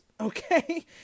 okay